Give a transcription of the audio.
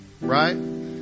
right